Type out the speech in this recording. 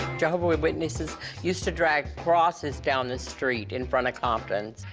jehovah's witnesses used to drag crosses down the street in front of compton's,